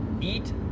eat